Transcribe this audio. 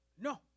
No